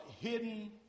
hidden